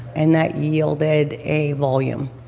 and that yielded a volume.